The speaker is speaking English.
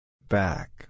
Back